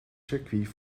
circuit